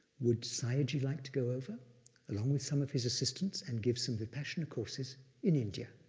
would sayagyi like to go over along with some of his assistants and give some vipassana courses in india?